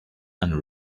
and